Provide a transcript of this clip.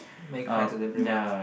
make friends with everyone